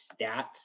stats